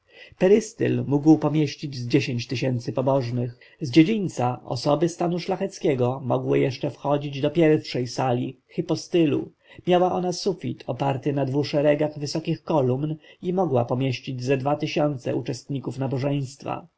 perystyl mógł pomieścić z dziesięć tysięcy pobożnych z dziedzińca osoby stanu szlacheckiego mogły jeszcze wchodzić do pierwszej sali hipostylu miała ona sufit oparty na dwu szeregach wysokich kolumn i mogła pomieścić ze dwa tysiące uczestników nabożeństwa